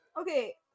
Okay